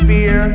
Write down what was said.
Fear